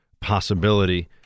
possibility